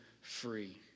free